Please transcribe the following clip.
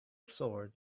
sword